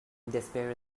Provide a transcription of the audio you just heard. despair